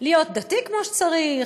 להיות דתי כמו שצריך,